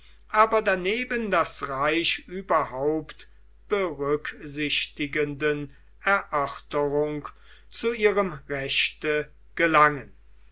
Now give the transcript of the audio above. aber daneben das reich überhaupt berücksichtigenden erörterung zu ihrem rechte gelangen